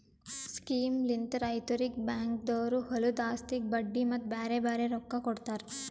ಸ್ಕೀಮ್ಲಿಂತ್ ರೈತುರಿಗ್ ಬ್ಯಾಂಕ್ದೊರು ಹೊಲದು ಆಸ್ತಿಗ್ ಬಡ್ಡಿ ಮತ್ತ ಬ್ಯಾರೆ ಬ್ಯಾರೆ ರೊಕ್ಕಾ ಕೊಡ್ತಾರ್